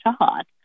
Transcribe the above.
shot